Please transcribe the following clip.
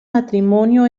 matrimonio